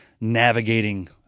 navigating